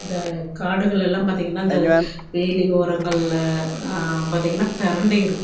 இந்த காடுகளெல்லாம் பார்த்தீங்கன்னா இந்த வேலி ஓரங்களில் பார்த்தீங்கன்னா பிரண்டை இருக்கும்